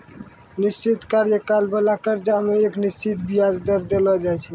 निश्चित कार्यकाल बाला कर्जा मे एक निश्चित बियाज दर देलो जाय छै